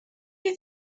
you